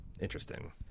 interesting